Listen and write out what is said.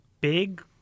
big